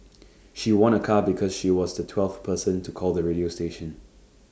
she won A car because she was the twelfth person to call the radio station